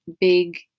big